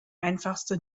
einfachste